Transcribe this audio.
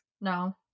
No